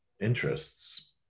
interests